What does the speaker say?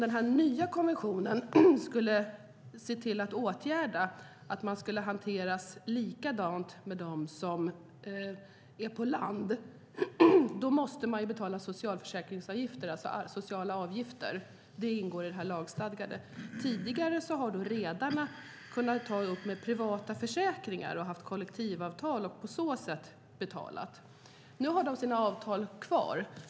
Den nya konventionen innebär att de anställda ska hanteras på samma sätt som de som är på land. Då måste socialförsäkringsavgifter betalas, det vill säga sociala avgifter. Det ingår i det som är lagstadgat. Tidigare har redarna haft privata försäkringar, ingått kollektivavtal och på så sätt betalat. Nu har de sina avtal kvar.